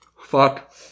Fuck